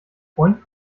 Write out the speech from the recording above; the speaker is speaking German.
freund